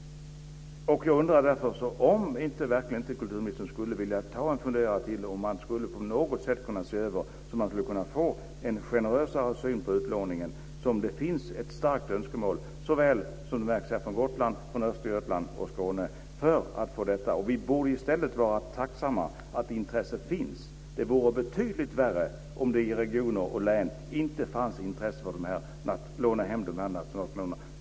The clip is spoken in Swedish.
Vill inte kulturministern fundera lite till om man på något sätt kan se över en generösare syn på utlåningen? Det finns starka önskemål från Gotland, Östergötland och Skåne. Vi borde vara tacksamma för att intresset finns. Det vore betydligt värre om det i regioner och län inte fanns intresse att låna hem nationalklenoderna.